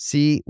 See